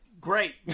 Great